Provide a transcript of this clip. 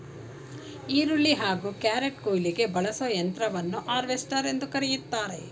ಹುರುಳಿ ಹಾಗೂ ಕ್ಯಾರೆಟ್ಕುಯ್ಲಿಗೆ ಬಳಸೋ ಯಂತ್ರವನ್ನು ಹಾರ್ವೆಸ್ಟರ್ ಎಂದು ಕರಿತಾರೆ